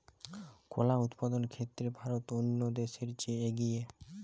কলা উৎপাদনের ক্ষেত্রে ভারত অন্যান্য দেশের চেয়ে এগিয়ে